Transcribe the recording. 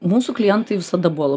mūsų klientai visada buvo